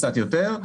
קצת יותר,